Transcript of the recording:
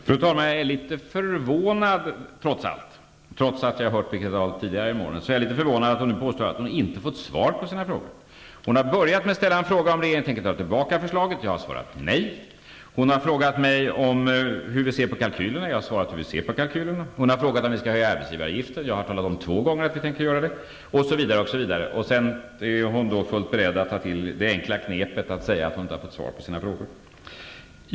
Fru talman! Trots att jag har hört Birgitta Dahl tidigare genom åren är jag litet förvånad över att hon nu påstår att hon inte har fått svar på sina frågor. Hon har börjat med att ställa en fråga om huruvida regeringen tänker ta tillbaka förslaget. Jag har svarat nej. Hon har frågat hur vi ser på kalkylerna. Jag har svarat med att säga hur vi ser på dem. Hon har frågat om vi skall höja arbetsgivaravgifterna, och jag har två gånger talat om att vi tänker göra det, osv. Sedan är hon ändå beredd att ta till det enkla knepet att säga att hon inte har fått svar på sina frågor.